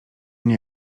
nie